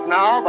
now